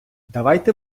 давайте